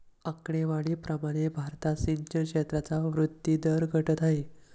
आकडेवारी प्रमाणे भारतात सिंचन क्षेत्राचा वृद्धी दर घटत आहे